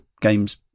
games